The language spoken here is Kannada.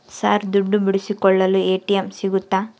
ಸರ್ ದುಡ್ಡು ಬಿಡಿಸಿಕೊಳ್ಳಲು ಎ.ಟಿ.ಎಂ ಸಿಗುತ್ತಾ?